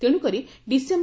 ତେଣୁକରି ଡିସେମ୍